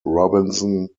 robinson